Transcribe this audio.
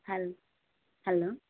హల్ hello